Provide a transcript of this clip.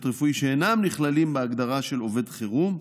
רפואי שאינם נכללים בהגדרה של "עובד חירום"